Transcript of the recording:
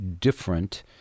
different